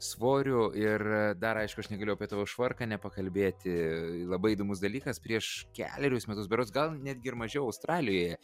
svoriu ir a dar aišku aš negalėjau apie tavo švarką nepakalbėti labai įdomus dalykas prieš kelerius metus berods gal netgi ir mažiau australijoje